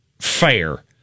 fair